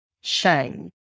shame